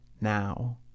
now